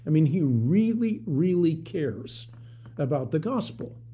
i mean he really, really cares about the gospel,